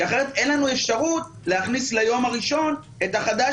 כי אחרת אין לנו אפשרות להכניס ליום הראשון את החדש